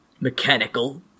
mechanical